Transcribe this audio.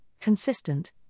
consistent